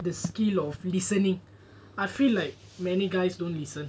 the skill of listening I feel like many guys don't listen